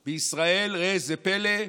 בישראל, ראה זה פלא: